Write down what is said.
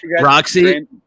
Roxy